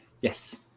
yes